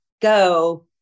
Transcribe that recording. Go